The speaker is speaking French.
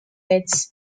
metz